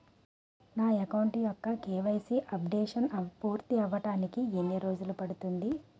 నా అకౌంట్ యెక్క KYC updation పూర్తి అవ్వడానికి ఎన్ని రోజులు పడుతుంది?